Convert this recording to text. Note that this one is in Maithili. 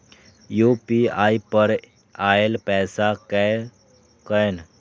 यू.पी.आई पर आएल पैसा कै कैन?